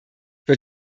wird